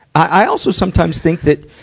i, i also sometimes think that,